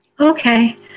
Okay